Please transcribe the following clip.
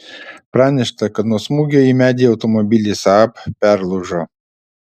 pranešta kad nuo smūgio į medį automobilis saab perlūžo